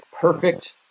perfect